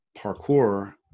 parkour